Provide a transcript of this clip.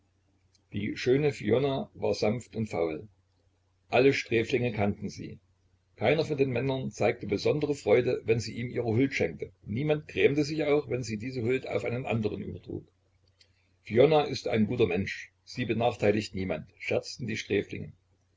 die schöne fiona war sanft und faul alle sträflinge kannten sie keiner von den männern zeigte besondere freude wenn sie ihm ihre huld schenkte niemand grämte sich auch wenn sie diese huld auf einen andern übertrug fiona ist ein guter mensch sie benachteiligt niemand scherzten die sträflinge